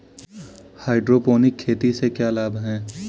Hydroponic खेती से क्या लाभ हैं?